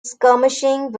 skirmishing